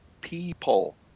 people